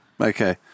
Okay